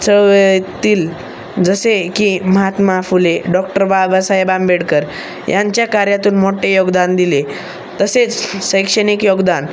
चळवळीतील जसे की महात्मा फुले डॉक्टर बाबासाहेब आंबेडकर यांच्या कार्यातून मोठे योगदान दिले तसेच शैक्षणिक योगदान